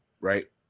Right